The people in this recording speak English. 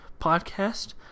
podcast